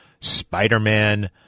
Spider-Man